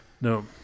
No